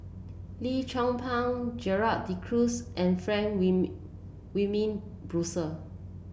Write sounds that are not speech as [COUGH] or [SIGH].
Lim Chong Pang Gerald De Cruz and Frank [UNINTELLIGIBLE] Wilmin Brewer